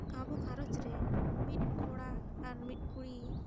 ᱟᱵᱚ ᱜᱷᱟᱨᱚᱸᱡᱽ ᱨᱮ ᱢᱤᱫ ᱠᱚᱲᱟ ᱟᱨ ᱢᱤᱫ ᱠᱩᱲᱤ